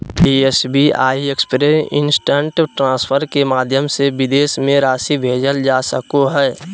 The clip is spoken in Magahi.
एस.बी.आई एक्सप्रेस इन्स्टन्ट ट्रान्सफर के माध्यम से विदेश में राशि भेजल जा सको हइ